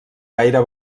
gaire